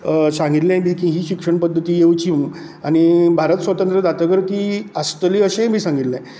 सांगिल्लेंय बी की ही शिक्षण पद्दत योवची म्हणून आनी भारत स्वतंत्र जातकर ती आसतली अशेंय बी सांगिल्लें